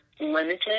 limited